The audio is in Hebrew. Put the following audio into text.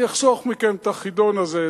אני אחסוך מכם את החידון הזה,